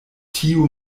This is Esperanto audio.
tiu